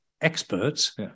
experts